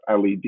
LED